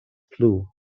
plu